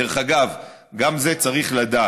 דרך אגב, גם את זה צריך לדעת: